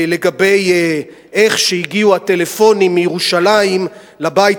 לגבי איך שהגיעו הטלפונים מירושלים לבית